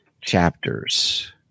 chapters